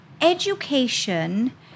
education